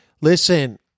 listen